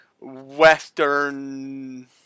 Western